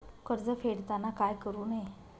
कर्ज फेडताना काय करु नये?